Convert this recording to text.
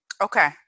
Okay